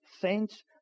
saints